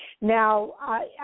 Now